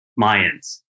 Mayans